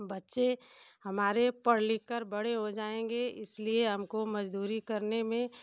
बच्चे हमारे पढ़ लिख कर बड़े हो जाएंगे इसलिए हमको मजदूरी करने में